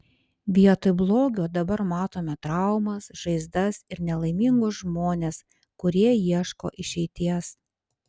vietoj blogio dabar matome traumas žaizdas ir nelaimingus žmones kurie ieško išeities